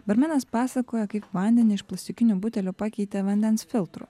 barmenas pasakoja kaip vandenį iš plastikinių butelių pakeitė vandens filtru